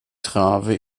trave